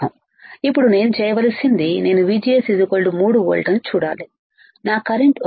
ఇప్పుడు నేను చేయవలసింది నేను VGS 3 వోల్ట్లను చూడాలి నా కరెంట్ ఒకటి